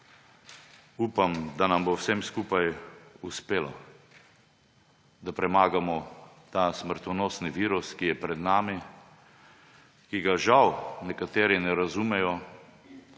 Upam, da nam bo vsem skupaj uspelo, da premagamo ta smrtonosni virus, ki je pred nami, ki ga žal nekateri ne razumejo